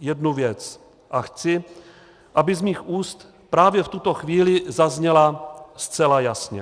jednu věc, a chci, aby z mých úst právě v tuto chvíli zazněla zcela jasně.